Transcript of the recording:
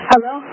Hello